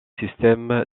système